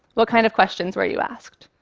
what kind of questions were you asked?